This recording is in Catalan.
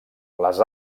les